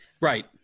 Right